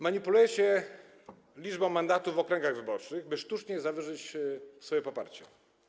Manipulujecie liczbą mandatów w okręgach wyborczych, by sztucznie zawyżyć swoje poparcie.